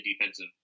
defensive